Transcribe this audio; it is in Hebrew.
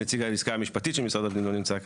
נציג הלשכה המשפטית של משרד הפנים לא נמצא כאן.